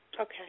Okay